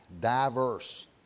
diverse